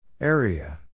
Area